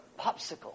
popsicle